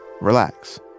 relax